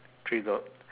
three doll~